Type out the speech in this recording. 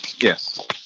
Yes